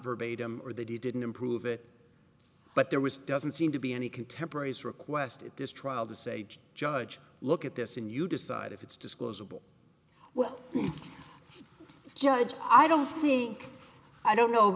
verbatim or that he didn't improve it but there was doesn't seem to be any contemporaries requested this trial the sage judge look at this and you decide if it's disclosable well judge i don't think i don't know